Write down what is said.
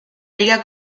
liga